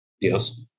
Yes